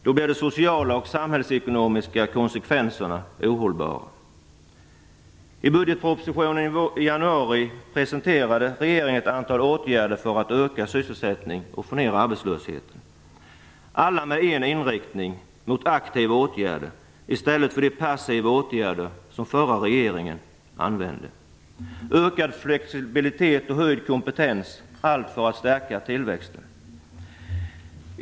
Då blir de sociala och samhällsekonomiska konsekvenserna ohållbara. I budgetpropositionen i januari presenterade regeringen ett antal åtgärder för att öka sysselsättningen och få ner arbetslösheten, alla med en inriktning mot aktiva åtgärder i stället för de passiva åtgärder som den förra regeringen vidtog. Ökad flexibilitet och hög kompetens, allt för att stärka tillväxten.